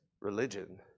religion